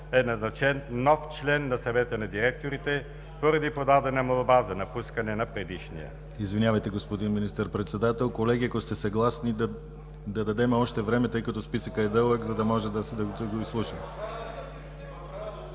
е назначен нов член на Съвета на директорите, поради подадена молба за напускане на предишния.